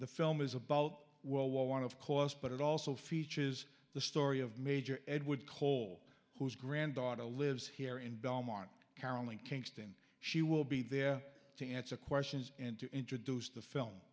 the film is about well worn of course but it also features the story of major edward cole whose granddaughter lives here in belmont carolyn kingston she will be there to answer questions and to introduce the film